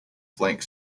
flank